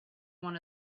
one